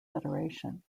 federation